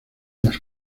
unas